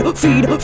feed